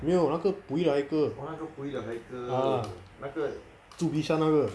没有那个 pui 的 haikal ah 住 bishan 那个